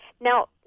Now